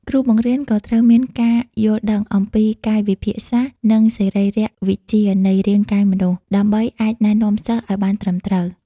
គ្រូបង្រៀនក៏ត្រូវមាន ការយល់ដឹងអំពីកាយវិភាគសាស្ត្រ និងសរីរវិទ្យានៃរាងកាយមនុស្ស ដើម្បីអាចណែនាំសិស្សឱ្យបានត្រឹមត្រូវ។